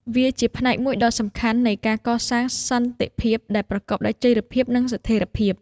វាជាផ្នែកមួយដ៏សំខាន់នៃការកសាងសន្តិភាពដែលប្រកបដោយចីរភាព និងស្ថិរភាព។